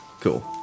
Cool